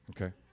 okay